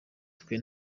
twe